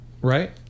right